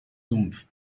sumpf